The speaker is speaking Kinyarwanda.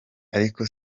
ariko